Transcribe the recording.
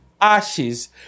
ashes